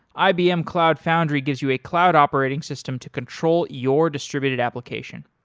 ibm cloud foundry gives you a cloud operating system to control your distributed application.